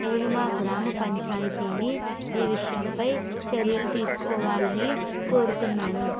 నేను మా గ్రామ పంచాయతీని ఈ విషయంపై చర్యలు తీసుకోవాలని కోరుతున్నాను